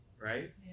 right